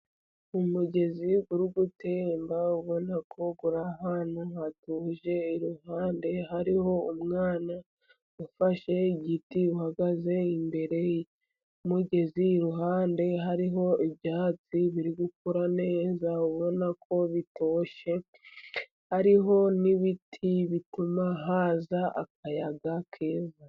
Umugezi uri gutemba ubona ko uri ahantu hatuje iruhande hariho umwana ufashe igiti uhagaze imbere y'umugezi. Iruhande hariho ibyatsi biri gukura neza ubona ko bitoshye hariho n'ibiti bituma haza akayaga keza.